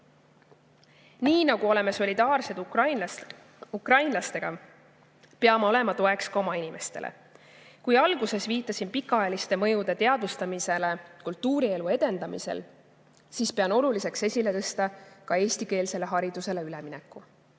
Nii nagu oleme solidaarsed ukrainlastega, peame olema toeks ka oma inimestele. Kui alguses viitasin pikaajaliste mõjude teadvustamisele kultuurielu edendamisel, siis pean oluliseks esile tõsta ka eestikeelsele haridusele ülemineku.